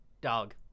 Dog